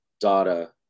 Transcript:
data